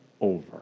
over